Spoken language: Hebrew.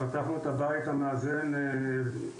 פתחנו את הבית המאזן מסאחה,